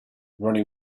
ronnie